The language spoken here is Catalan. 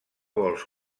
vols